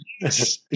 Yes